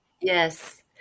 Yes